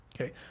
Okay